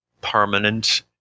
permanent